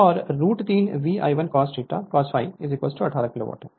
और root 3 V I 1 cosΦ 18 kilowatt है